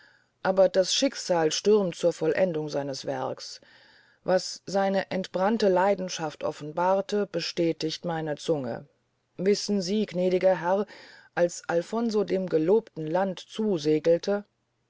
aber das schicksal stürmt zur vollendung seines werks was seine entbrannte leidenschaft offenbarte bestätigt meine zunge wissen sie gnädiger herr als alfonso dem gelobten lande zusegelte